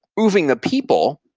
moving the people